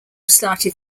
started